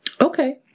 Okay